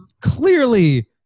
clearly